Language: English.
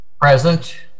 Present